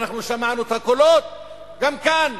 ואנחנו שמענו את הקולות גם כאן